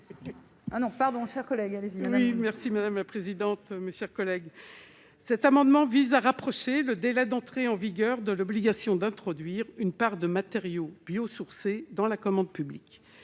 Ah non, pardon, ça que là il y a les Inuits merci madame. Présidente, mes chers collègues, cet amendement vise à rapprocher le débat d'entrée en vigueur de l'obligation d'introduire une part de matériaux biosourcés dans la commande publique